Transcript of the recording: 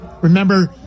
Remember